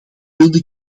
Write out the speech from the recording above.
wilde